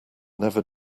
never